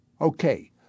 Okay